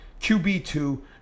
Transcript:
QB2